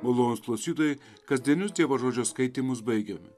malonūs klausytojai kasdienius dievo žodžio skaitymus baigiame